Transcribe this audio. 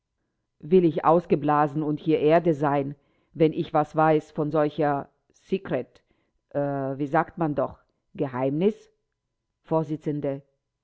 will ich ausgeblasen werden und hier erde sein wenn ich was weiß von solcher secret wie sagt man doch geheimnis